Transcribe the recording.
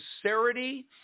sincerity